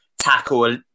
tackle